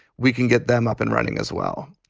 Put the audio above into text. we can get them up and running as well.